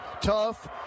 Tough